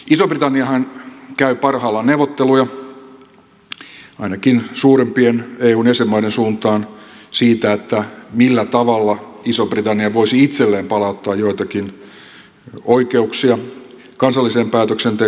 iso britanniahan käy parhaillaan neuvotteluja ainakin suurempien eun jäsenmaiden suuntaan siitä millä tavalla iso britannia voisi itselleen palauttaa joitakin oikeuksia kansalliseen päätöksentekoon